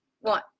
One